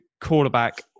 quarterback